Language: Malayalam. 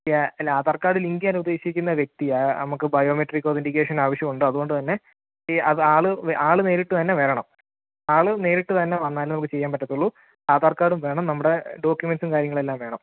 ഈ അല്ല ആധാർ കാർഡ് ലിങ്ക് ചെയ്യാൻ ഉദ്ദേശിക്കുന്ന വ്യക്തി നമുക്ക് ബയോമെട്രിക് ഓദെന്റിക്കേഷൻ ആവശ്യം ഉണ്ട് അതുകൊണ്ട് തന്നെ ഈ ആൾ ആൾ നേരിട്ട് തന്നെ വരണം ആൾ നേരിട്ട് തന്നെ വന്നാൽ നമുക്ക് ചെയ്യാൻ പറ്റത്തൊള്ളു ആധാർകാർഡും വേണം നമ്മുടെ ഡോക്ക്യൂമെൻസും കാര്യങ്ങളെല്ലാം വേണം